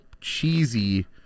cheesy